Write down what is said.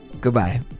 Goodbye